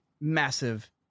massive